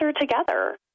together